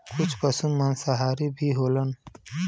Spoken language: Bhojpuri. कुछ पसु मांसाहारी भी होलन